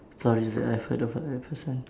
stories I've heard of her that person